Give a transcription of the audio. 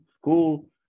school